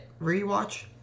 rewatch